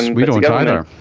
and we don't either.